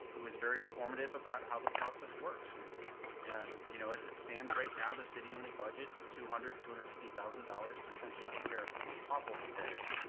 who was very informative about how the process works. and and you know, as it stands right now, the city only budgets two hundred, two hundred and fifty thousand dollars to essentially take care of pot hole repairs.